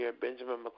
Benjamin